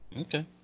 okay